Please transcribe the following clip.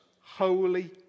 holy